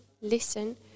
Listen